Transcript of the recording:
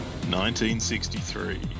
1963